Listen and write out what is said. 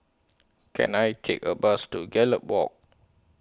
Can I Take A Bus to Gallop Walk